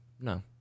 No